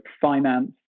finance